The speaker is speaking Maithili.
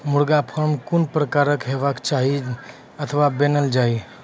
मुर्गा फार्म कून प्रकारक हेवाक चाही अथवा बनेल जाये?